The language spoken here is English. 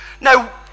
Now